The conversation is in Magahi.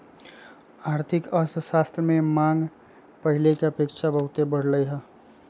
आर्थिक अर्थशास्त्र के मांग पहिले के अपेक्षा बहुते बढ़लइ ह